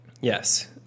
Yes